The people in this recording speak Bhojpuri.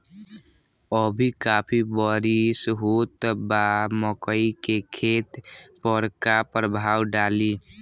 अभी काफी बरिस होत बा मकई के खेत पर का प्रभाव डालि?